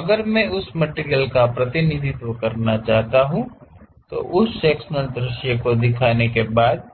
अगर मैं उस मटिरियल का प्रतिनिधित्व करना चाहता हूं तो उस सेक्शनल दृश्य को दिखाने के बाद